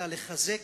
אלא לחזק,